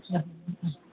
अच्छा